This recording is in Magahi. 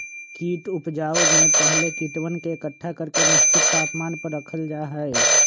कीट उपजाऊ में पहले कीटवन के एकट्ठा करके निश्चित तापमान पर रखल जा हई